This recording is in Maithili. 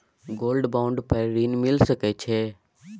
गोल्ड बॉन्ड पर ऋण मिल सके छै?